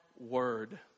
word